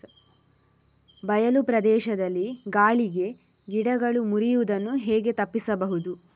ಬಯಲು ಪ್ರದೇಶದಲ್ಲಿ ಗಾಳಿಗೆ ಗಿಡಗಳು ಮುರಿಯುದನ್ನು ಹೇಗೆ ತಪ್ಪಿಸಬಹುದು?